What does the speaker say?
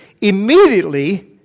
immediately